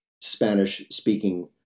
Spanish-speaking